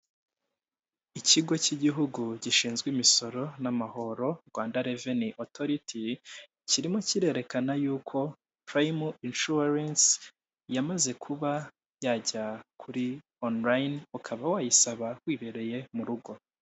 Ikigo k'igihugu gishinzwe imisoro na mahoro Rwanda reveni otoriti kirimo kirerekana yuko purime inshuwarensi yamaze kuba yajya kuri onurayini ukaba wayisaba wibereye mu rugo.